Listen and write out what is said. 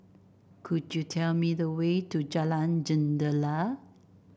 could you tell me the way to Jalan Jendela